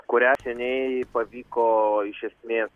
kurią seniai pavyko iš esmės